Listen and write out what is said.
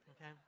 okay